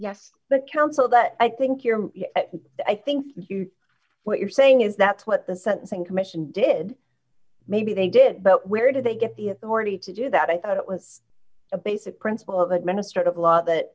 the counsel that i think you're i think what you're saying is that's what the sentencing commission did maybe they did but where did they get the authority to do that i thought it was a basic principle of administrative law that